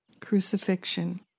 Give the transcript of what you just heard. Crucifixion